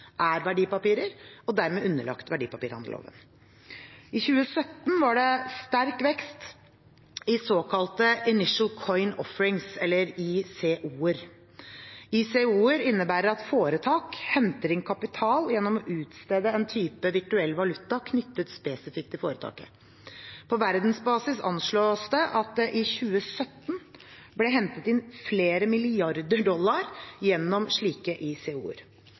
er verdipapirer og dermed underlagt verdipapirhandelloven. I 2017 var det sterk vekst i såkalte «Initial Coin Offerings», eller ICO-er. ICO-er innebærer at foretak henter inn kapital gjennom å utstede en type virtuell valuta knyttet spesifikt til foretaket. På verdensbasis anslås det at det i 2017 ble hentet inn flere milliarder dollar gjennom slike